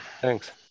Thanks